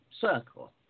circle